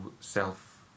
self